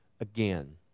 again